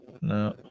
No